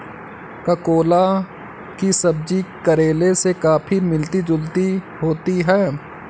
ककोला की सब्जी करेले से काफी मिलती जुलती होती है